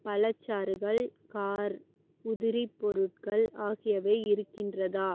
பழச்சாறுகள் car உதிரி பொருட்கள் ஆகியவை இருக்கின்றதா